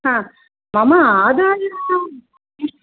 हा मम आदायां